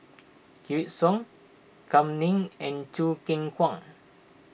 Wykidd Song Kam Ning and Choo Keng Kwang